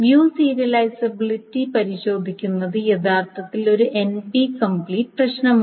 view serializability പരിശോധിക്കുന്നത് യഥാർത്ഥത്തിൽ ഒരു N P കംപ്ലീറ്റ് പ്രശ്നമാണ്